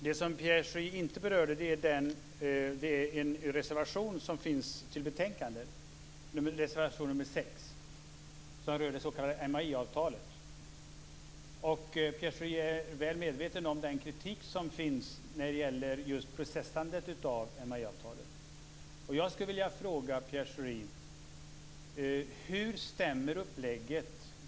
Det som Pierre Schori inte berörde är en reservation som finns fogad till betänkandet. Det är reservation 6, som rör det s.k. MAI-avtalet. Pierre Schori är väl medveten om den kritik som finns när det gäller processandet av MAI-avtalet.